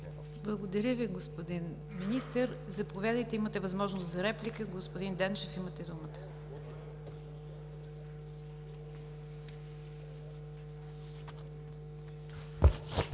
Благодаря Ви, господин Министър. Заповядайте, имате възможност за реплика. Господин Данчев, имате думата.